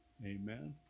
Amen